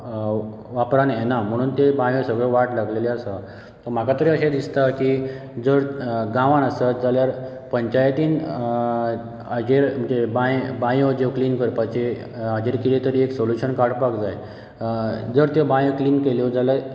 वापरान येना म्हुणून ते बांयो सगळ्यो वाट लागलेल्यो आसा म्हाका तरी अशें दिसता की जर गांवांत आसत जाल्यार पंचायतीन हाजेर म्हणजे बांय बांयो ज्यो क्लीन करपाचें हाजेर कितें तरी एक सोलुशन काडपाक जाय जर त्यो बांयो क्लीन केल्यो जाल्यार